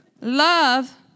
Love